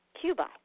Cuba